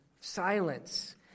silence